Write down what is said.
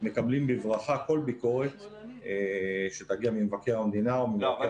מקבלים בברכה כל ביקורת שתגיע ממבקר המדינה או ממבקר